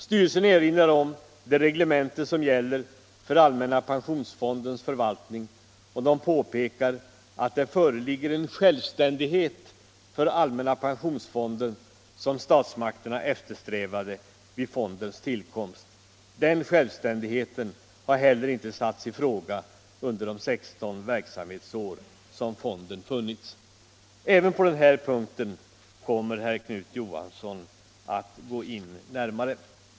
Styrelserna erinrar om det reglemente som gäller för allmänna pensionsfondens förvaltning och påpekar att det föreligger en självständighet för allmänna pensionsfonden som statsmakterna eftersträvade vid fondens tillkomst. Denna självständighet har heller inte satts i fråga under de 16 verksamhetsår som fonden funnits. Herr Knut Johansson kommer att gå in närmare även på denna punkt.